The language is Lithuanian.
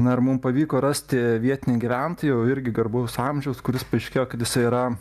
na ir mum pavyko rasti vietinį gyventoją jau irgi garbaus amžiaus kuris paaiškėjo kad jisai yra